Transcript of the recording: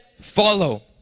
follow